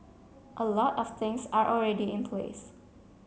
a lot of things are already in place